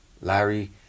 larry